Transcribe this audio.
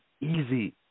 easy